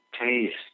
taste